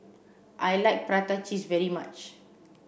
I like prata cheese very much